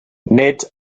nid